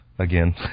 again